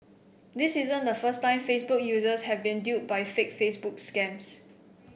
this isn't the first time Facebook users have been duped by fake Facebook scams